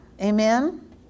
Amen